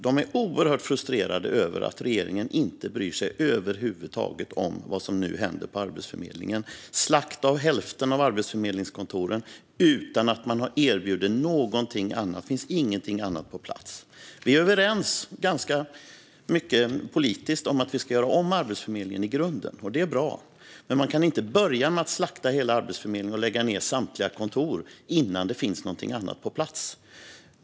De är oerhört frustrerade över att regeringen inte bryr sig över huvud taget om vad som nu händer på Arbetsförmedlingen: slakt av hälften av arbetsförmedlingskontoren utan att man har erbjudit någonting annat. Det finns ingenting annat på plats. Vi är i ganska hög grad överens politiskt om att vi ska göra om Arbetsförmedlingen i grunden, och det är bra. Men man kan inte börja med att slakta hela Arbetsförmedlingen och lägga ned samtliga kontor innan det finns något annat på plats.